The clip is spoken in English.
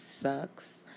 sucks